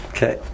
Okay